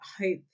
hope